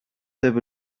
have